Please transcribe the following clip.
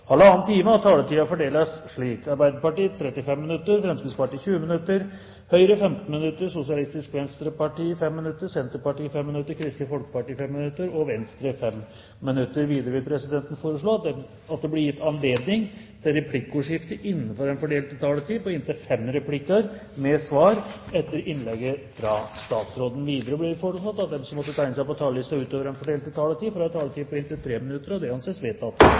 halvannen time, og at taletiden fordeles slik: Arbeiderpartiet 35 minutter, Fremskrittspartiet 20 minutter, Høyre 15 minutter, Sosialistisk Venstreparti 5 minutter, Senterpartiet 5 minutter, Kristelig Folkeparti 5 minutter og Venstre 5 minutter. Videre vil presidenten foreslå at det blir gitt anledning til replikkordskifte på inntil fem replikker med svar etter innlegget fra statsråden innenfor den fordelte taletid. Videre blir det foreslått at de som måtte tegne seg på talerlisten utover den fordelte taletid, får en taletid på inntil 3 minutter. – Det anses vedtatt.